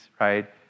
right